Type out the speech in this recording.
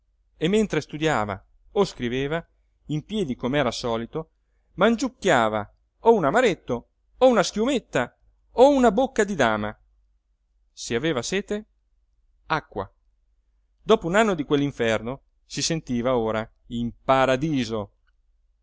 e mentre studiava o scriveva in piedi com'era solito mangiucchiava o un amaretto o una schiumetta o una bocca di dama se aveva sete acqua dopo un anno di quell'inferno si sentiva ora in paradiso